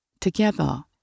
together